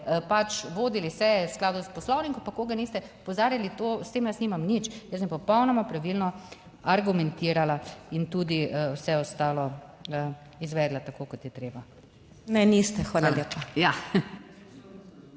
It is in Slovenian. pač vodili seje v skladu s poslovnikom pa koga niste opozarjali to, s tem jaz nimam nič, jaz sem popolnoma pravilno argumentirala in tudi vse ostalo izvedla tako kot je treba. **PODPREDSEDNICA MAG.